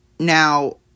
Now